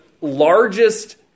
largest